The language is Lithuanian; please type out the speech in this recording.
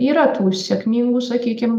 yra tų sėkmingų sakykim